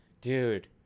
dude